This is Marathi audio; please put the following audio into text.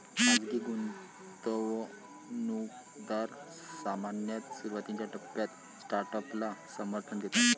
खाजगी गुंतवणूकदार सामान्यतः सुरुवातीच्या टप्प्यात स्टार्टअपला समर्थन देतात